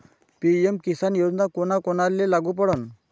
PM किसान योजना कोना कोनाले लागू पडन?